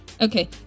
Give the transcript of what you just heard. Okay